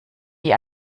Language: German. die